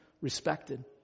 respected